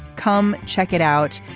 come check it out.